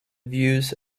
views